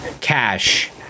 cash